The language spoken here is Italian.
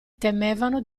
temevano